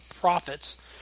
profits